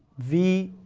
v